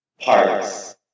parts